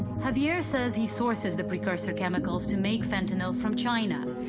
javier says he sources the precursor chemicals to make fentanyl from china.